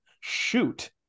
shoot